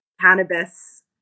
cannabis